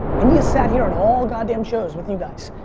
india sat here and all god damn shows with you guys.